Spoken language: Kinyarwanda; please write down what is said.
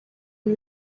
uru